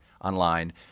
online